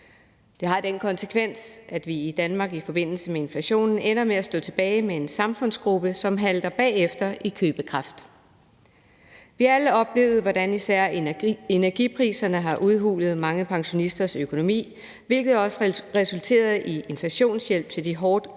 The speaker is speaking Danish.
Det har den konsekvens, at vi i Danmark i forbindelse med inflationen ender med at stå tilbage med en samfundsgruppe, som halter bagefter i købekraft. Vi har oplevet, hvordan især energipriserne har udhulet mange pensionisters økonomi, hvilket også resulterede i inflationshjælp til de hårdt ramte